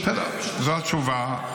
וזה 30. זו התשובה,